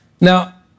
Now